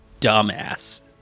dumbass